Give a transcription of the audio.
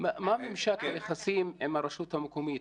מה ממשק היחסים עם הרשות המקומית?